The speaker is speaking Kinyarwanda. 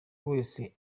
wese